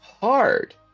hard